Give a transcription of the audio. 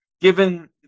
given